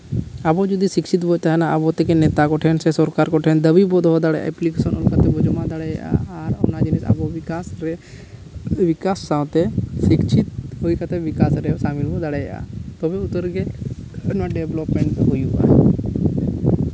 ᱟᱵᱚ ᱡᱩᱫᱤ ᱥᱤᱪᱪᱷᱤᱛ ᱵᱚᱱ ᱛᱟᱦᱮᱱᱟ ᱟᱵᱚ ᱛᱮᱜᱮ ᱱᱮᱛᱟ ᱠᱚᱴᱷᱮᱱ ᱥᱮ ᱥᱚᱨᱠᱟᱨ ᱠᱚᱴᱷᱮᱱ ᱫᱟᱹᱵᱤ ᱵᱚ ᱫᱚᱦᱚ ᱫᱟᱲᱮᱭᱟᱜᱼᱟ ᱮᱯᱞᱤᱠᱮᱥᱮᱱ ᱚᱞ ᱠᱟᱛᱮ ᱵᱚᱱ ᱡᱚᱢᱟ ᱫᱟᱲᱮᱭᱟᱜᱼᱟ ᱟᱨ ᱚᱱᱟ ᱡᱤᱱᱤᱥ ᱟᱵᱚ ᱵᱤᱠᱟᱥ ᱨᱮ ᱵᱤᱠᱟᱥ ᱥᱟᱶᱛᱮ ᱥᱤᱪᱪᱷᱤᱛ ᱦᱩᱭ ᱠᱟᱛᱮ ᱵᱤᱠᱟᱥ ᱨᱮ ᱠᱟᱹᱢᱤ ᱵᱚᱱ ᱫᱟᱲᱮᱭᱟᱜᱼᱟ ᱛᱚᱵᱮ ᱩᱛᱟᱹᱨ ᱜᱮ ᱰᱮᱵᱷᱞᱚᱯᱢᱮᱱᱴ ᱦᱩᱭᱩᱜᱼᱟ